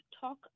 talk